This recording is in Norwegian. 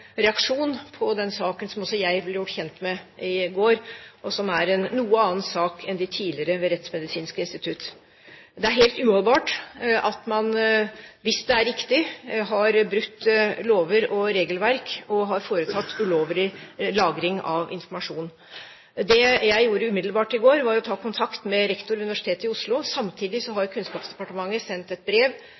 reaksjon på den saken som også jeg ble gjort kjent med i går, og som er en noe annen sak enn de tidligere ved Rettsmedisinsk institutt. Det er uholdbart – hvis det er riktig – at man har brutt lover og regelverk og har foretatt ulovlig lagring av informasjon. Det jeg gjorde umiddelbart i går, var å ta kontakt med rektor ved Universitetet i Oslo. Samtidig har Kunnskapsdepartementet sendt et brev